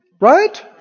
Right